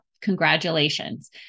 congratulations